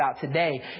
today